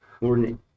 Lord